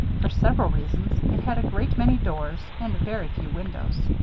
for several reasons, it had a great many doors and very few windows.